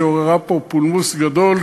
שעוררה פה פולמוס גדול,